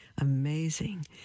amazing